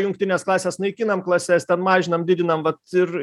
jungtines klases naikinam klases mažinam didinam vat ir